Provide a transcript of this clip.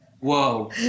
whoa